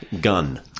Gun